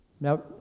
Now